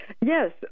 Yes